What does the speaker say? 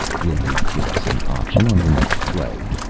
will you give us an option on your next play?